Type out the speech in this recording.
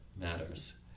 matters